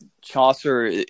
Chaucer